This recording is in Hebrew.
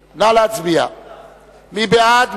ההצעה להעביר את הצעת חוק הרשויות המקומיות (בחירת ראש הרשות וסגניו